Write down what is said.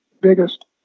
biggest